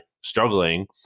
struggling